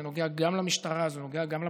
זה נוגע גם למשטרה, זה נוגע גם לפרקליטות,